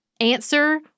answer